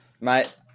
mate